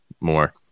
more